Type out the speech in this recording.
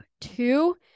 two